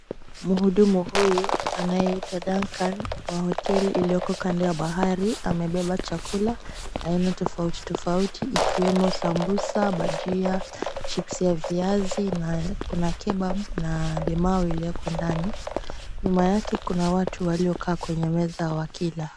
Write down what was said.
Mhudumu huyu anayeitwa Dancun wa hoteli iliyoko kando ya bahari, amebeba chakula aina tofauti tofauti ikiwemo sambusa, bajia, chipsi ya viazi na kuna kebab na limau iliyowekwa ndani. Nyuma yake kuna watu waliokaa kwenye meza wakila.